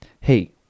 hey